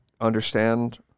understand